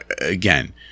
again